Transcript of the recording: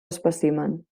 espècimen